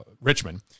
Richmond